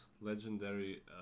legendary